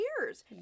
years